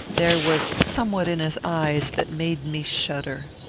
there was somewhat in his eyes that made me shudder.